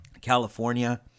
California